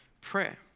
Prayer